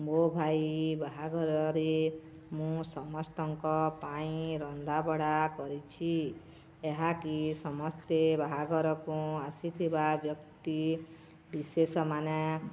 ମୋ ଭାଇ ବାହାଘରରେ ମୁଁ ସମସ୍ତଙ୍କ ପାଇଁ ରନ୍ଧାବଢ଼ା କରିଛି ଏହାକି ସମସ୍ତେ ବାହାଘରକୁ ଆସିଥିବା ବ୍ୟକ୍ତି ବିଶେଷମାନେ